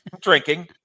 drinking